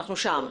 שאתם שם?